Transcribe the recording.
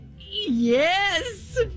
Yes